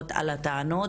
תשובות לטענות.